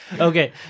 Okay